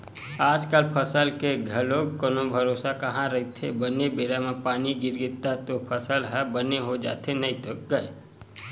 आजकल फसल के घलो कोनो भरोसा कहाँ रहिथे बने बेरा म पानी गिरगे तब तो फसल ह बने हो जाथे नइते गय